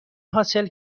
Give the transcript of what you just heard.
حاصل